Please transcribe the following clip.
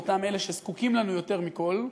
באותם אלה שזקוקים לנו יותר מכול.